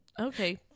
okay